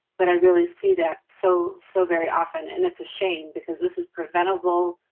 but i really see that so, so very often. and it's a shame because this is preventable,